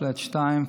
פלאט 2,